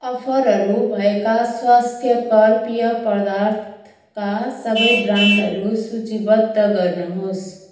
अफरहरू भएका स्वास्थ्यकर पेय पदार्थका सबै ब्रान्डहरू सूचीबद्ध गर्नुहोस्